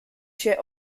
się